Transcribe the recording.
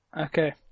Okay